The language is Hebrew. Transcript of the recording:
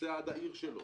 נוסע עד העיר שלו.